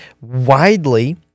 widely